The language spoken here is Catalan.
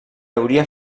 hauria